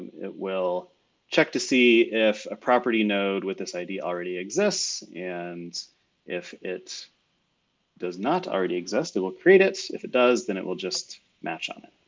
it will check to see if a property node with this id already exists. and if it does not already exist, it will create it. so if it does, then it will just match on it.